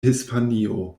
hispanio